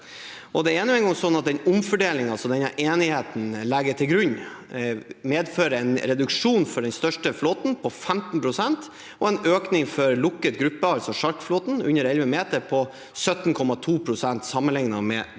den omfordelingen denne enigheten legger til grunn, medfører en reduksjon for den største flåten på 15 pst., og en økning for lukket gruppe – altså sjarkflåten under 11 meter – på 17,2 pst. sammenlignet med dagens